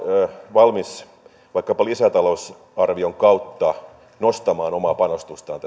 valmis vaikkapa lisätalousarvion kautta nostamaan omaa panostustaan